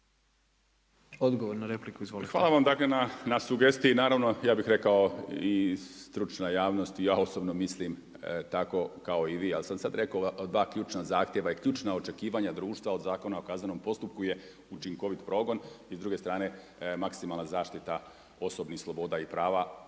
Hrvatsku)** Hvala vam na sugestiji. Naravno ja bih rekao i stručna javnost i ja osobno mislim tako kao i vi. Ja sam sada rekao dva ključna zahtjeva i ključna očekivanja društva od Zakona o kaznenom postupku je učinkovit progon i s druge strane maksimalna zaštita osobnih sloboda i prava